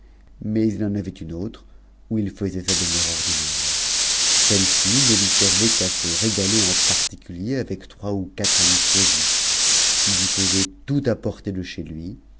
mais it en avait une autre où il faisait sa demeure in th'e celle-ci ne lui servait qu'à se régaler en particulier avec trois tfuatre amis choisis il y faisait tout apporter de chez lui